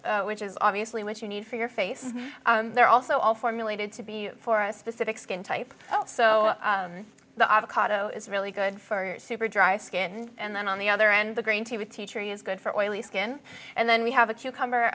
which is obviously what you need for your face they're also all formulated to be for a specific skin type so the otto is really good for super dry skin and then on the other end the green tea with teacher is good for oily skin and then we have a cucumber